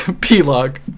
P-log